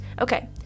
Okay